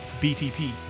BTP